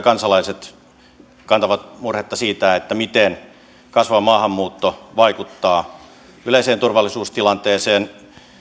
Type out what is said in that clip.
kansalaiset kantavat murhetta siitä miten kasvava maahanmuutto vaikuttaa yleiseen turvallisuustilanteeseen